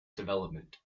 development